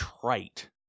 trite